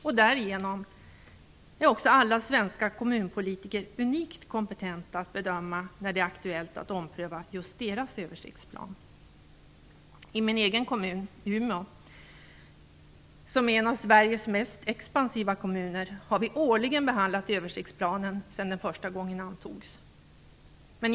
Därigenom är också alla svenska kommunpolitiker unikt kompetenta att bedöma när det är aktuellt att ompröva just deras översiktsplan. I min egen kommun Umeå, som är en av Sveriges mest expansiva kommuner, har vi årligen behandlat översiktsplanen sedan den antogs första gången.